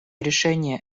решения